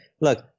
look